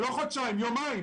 לא חודשיים, יומיים.